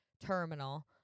terminal